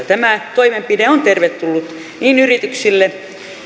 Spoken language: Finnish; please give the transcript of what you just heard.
tämä toimenpide on tervetullut yrityksille